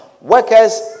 workers